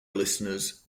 listeners